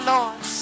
Lord